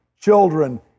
children